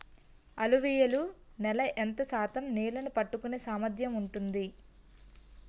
అలువియలు నేల ఎంత శాతం నీళ్ళని పట్టుకొనే సామర్థ్యం ఉంటుంది?